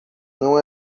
não